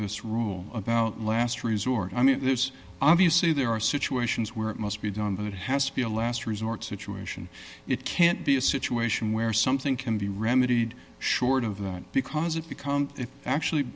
this rule about last resort i mean there's obviously there are situations where it must be done but it has to be a last resort situation it can't be a situation where something can be remedied short of that because it becomes it actually